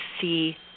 see